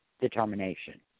determination